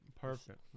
Perfect